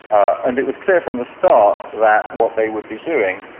and it was clear from the start that what they would be doing